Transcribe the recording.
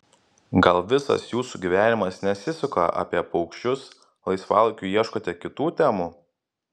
gal visas jūsų gyvenimas nesisuka apie paukščius laisvalaikiu ieškote kitų temų